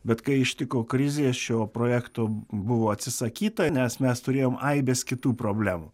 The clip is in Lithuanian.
bet kai ištiko krizė šio projekto buvo atsisakyta nes mes turėjom aibes kitų problemų